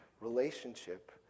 relationship